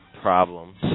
problems